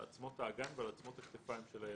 עצמות האגן ועל עצמות הכתפיים של הילד.